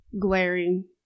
glaring